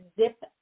zip